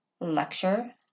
lecture